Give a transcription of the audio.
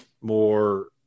more